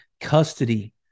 custody